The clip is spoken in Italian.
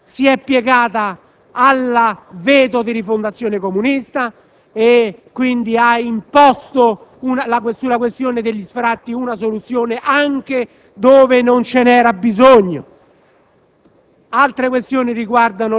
Ma questa maggioranza si è piegata al veto di Rifondazione Comunista e, quindi, ha imposto sulla questione degli sfratti una soluzione anche dove non ve n'era bisogno.